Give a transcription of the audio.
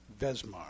Vesmar